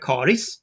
Karis